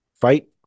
fight